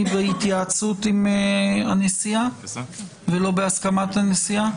בהתייעצות עם הנשיאה ולא בהסכמת הנשיאה?